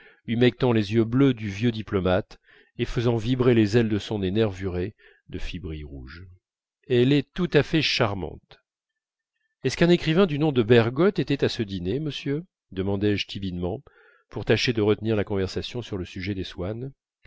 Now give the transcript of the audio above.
humectant les yeux bleus du vieux diplomate et faisant vibrer les ailes de son nez nervurées de fibrilles rouges elle est tout à fait charmante est-ce qu'un écrivain du nom de bergotte était à ce dîner monsieur demandai-je timidement pour tâcher de retenir la conversation sur le sujet des swann